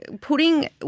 putting –